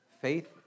faith